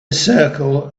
circle